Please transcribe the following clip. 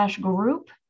group